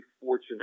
fortunate